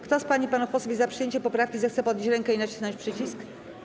Kto z pań i panów posłów jest za przyjęciem poprawki, zechce podnieść rękę i nacisnąć przycisk.